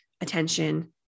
attention